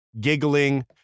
giggling